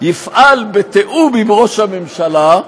יפעל בתיאום עם ראש הממשלה,